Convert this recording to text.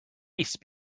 peace